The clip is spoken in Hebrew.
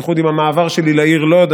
בייחוד עם המעבר שלי לעיר לוד,